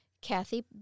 Kathy